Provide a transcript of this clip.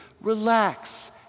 Relax